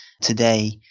today